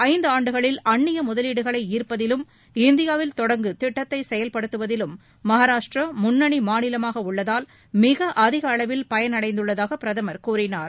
ஐந்து ஆண்டுகளில் அந்நிய முதலீடுகளை ஈர்ப்பதிலும் இந்தியாவில் தொடங்கு திட்டக்தை கடந்த செயல்படுத்தவதிலும் மகாராஷ்ட்டிரா முன்னணி மாநிலமாக உள்ளதால் மிக அதிக அளவில் பயன் அடைந்துள்ளதாக பிரதமர் கூறினார்